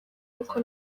uko